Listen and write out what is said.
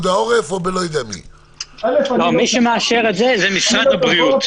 מי שמאשר את זה זה משרד הבריאות.